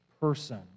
person